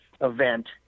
event